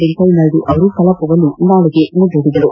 ವೆಂಕಯ್ಯ ನಾಯ್ಡು ಕಲಾಪವನ್ನು ನಾಳೆಗೆ ಮುಂದೂಡಿದರು